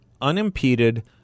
Unimpeded